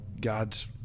God's